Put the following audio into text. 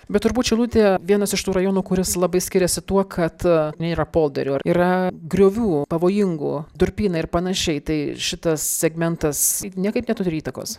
bet turbūt šilutė vienas iš tų rajonų kuris labai skiriasi tuo kad nėra polderių ar yra griovių pavojingų durpynai ir panašiai tai šitas segmentas niekaip neturi įtakos